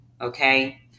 okay